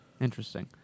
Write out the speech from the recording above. Interesting